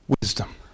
wisdom